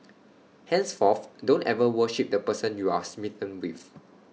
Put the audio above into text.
henceforth don't ever worship the person you're smitten with